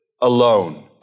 alone